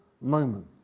moment